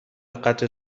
قطع